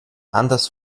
anders